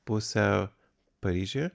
pusę paryžiuje